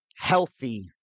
healthy